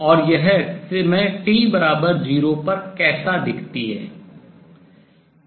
और यह समय t0 पर कैसा दिखता है